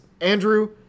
Andrew